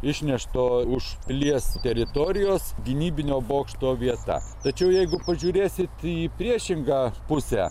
išnešto už pilies teritorijos gynybinio bokšto vieta tačiau jeigu pažiūrėsit į priešingą pusę